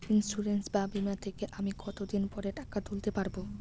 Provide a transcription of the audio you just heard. Insurance বা বিমা থেকে আমি কত দিন পরে টাকা তুলতে পারব?